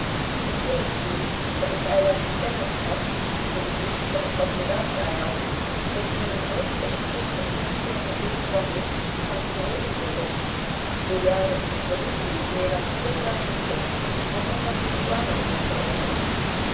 te killisnoo op het eilandje kenasnoff in de buurt van het admiraals eiland heeft men de grootste inrichting voor t conserveeren van visch van de geheele wereld de jaarlijksche productie is meer dan ton zonder nog de guano mee te rekenen